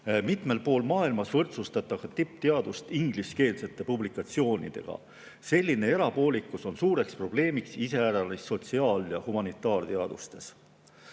"Mitmel pool maailmas võrdsustatakse tippteadust ingliskeelsete publikatsioonidega. [---] Selline erapoolikus on suureks probleemiks iseäranis sotsiaal- ja humanitaarteadustes